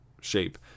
shape